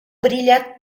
brilha